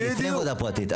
בדיוק.